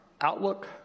outlook